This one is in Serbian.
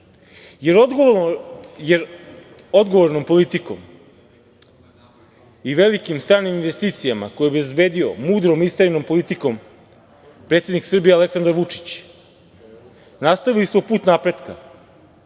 jer odgovornom politikom i velikim stranim investicijama, koje je obezbedio mudrom istrajnom politikom predsednik Srbije Aleksandar Vučić, nastavili smo put napretka,